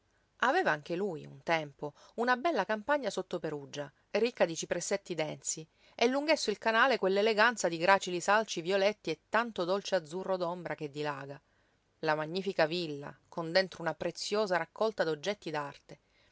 aveva anche lui un tempo una bella campagna sotto perugia ricca da cipressetti densi e lunghesso il canale quell'eleganza di gracili salci violetti e tanto dolce azzurro d'ombra che dilaga la magnifica villa con dentro una preziosa raccolta d'oggetti